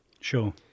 Sure